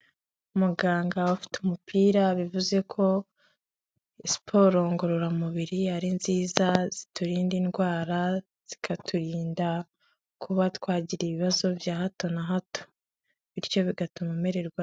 Umuganga ufite umupira bivuze ko siporo ngororamubiri ari nziza ziturinda indwara, zikaturinda kuba twagira ibibazo bya hato na hato. Bityo bigatuma umererwa...